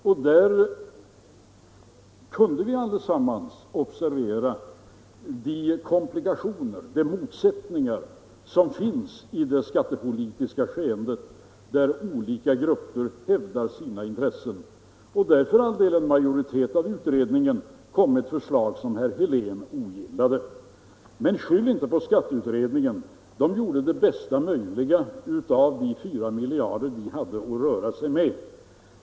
I det kunde vi alla observera de komplikationer, de motsättningar som finns i det skattepolitiska skeendet, där olika grupper hävdar sina intressen. En majoritet i utredningen lade fram ett förslag som herr Helén ogillade. Men skyll inte på skatteutredningen! Den gjorde det bästa möjliga av de 4 miljarderna den hade att röra sig med.